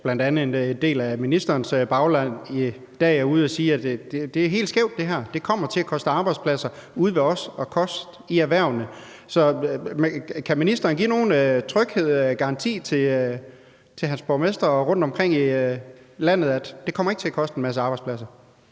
at bl.a. en del af ministerens bagland i dag er ude at sige, at det her er helt skævt; det kommer til at koste arbejdspladser ude ved os og i erhvervet. Så kan ministeren give nogen tryghedsgaranti til borgmestrene rundtomkring i landet om, at det ikke kommer til at koste en masse arbejdspladser?